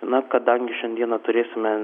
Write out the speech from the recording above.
na kadangi šiandieną turėsime